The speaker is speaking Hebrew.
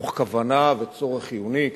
מתוך כוונה וצורך חיוני,